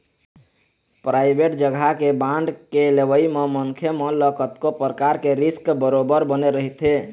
private जघा के bond के लेवई म मनखे मन ल कतको परकार के रिस्क बरोबर बने रहिथे